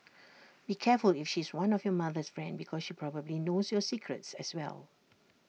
be careful if she's one of your mother's friend because she probably knows your secrets as well